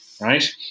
right